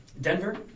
Denver